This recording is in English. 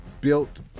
built